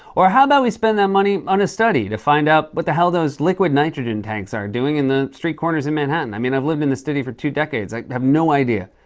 or how about we spend that money on a study to find out what the hell those liquid nitrogen tanks are doing on the street corners in manhattan? i mean, i've lived in this city for two decades. i have no idea,